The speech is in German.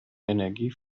energie